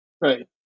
right